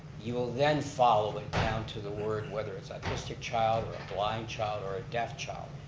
you'll then follow it down to the word whether it's autistic child, or blind child, or a deaf child.